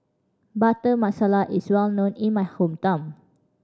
Butter Masala is well known in my hometown